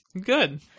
Good